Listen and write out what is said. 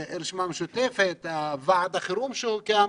הרשימה המשותפת, ועד החירום שהוקם.